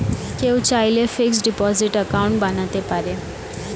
কেউ চাইলে fixed deposit account বানাতে পারেন